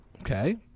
Okay